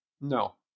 No